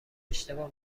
اشتباه